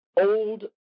old